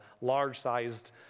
large-sized